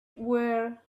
where